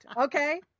okay